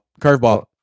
curveball